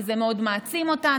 כי זה מאוד מעצים אותן.